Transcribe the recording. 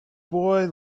boy